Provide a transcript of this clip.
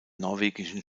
norwegischen